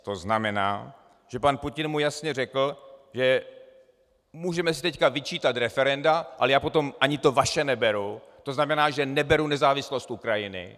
To znamená, že pan Putin mu jasně řekl, že můžeme si teď vyčítat referenda, ale já potom ani to vaše neberu, to znamená, neberu nezávislost Ukrajiny...